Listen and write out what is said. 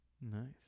nice